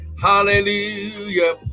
hallelujah